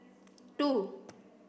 two